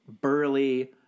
burly